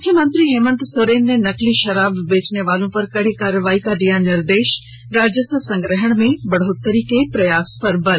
मुख्यमंत्री हेमन्त सोरेन ने नकली शराब बेचने वालों पर कडी कार्रवाई का दिया निर्देश राजस्व संग्रहण में बढोत्तरी के प्रयास पर बल